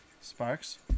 Sparks